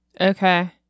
Okay